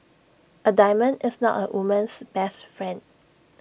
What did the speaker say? A diamond is not A woman's best friend